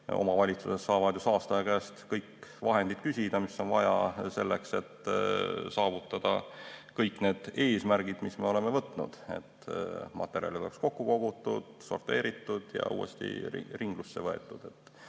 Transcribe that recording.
Omavalitsused saavad ju saastaja käest küsida kõiki vahendeid, mida on vaja selleks, et saavutada kõik need eesmärgid, mis me oleme võtnud: et materjalid oleks kokku kogutud, sorteeritud ja uuesti ringlusse võetud.